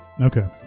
okay